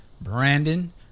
Brandon